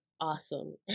awesome